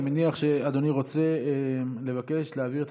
אני מניח שאדוני רוצה לבקש להעביר את